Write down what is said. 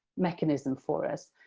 mechanism for us.